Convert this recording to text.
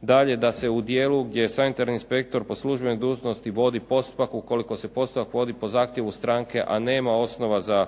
Dalje, da se u dijelu gdje sanitarni inspektor po službenoj dužnosti vodi postupak, ukoliko se postupak vodi po zahtjevu stranke, a nema osnova za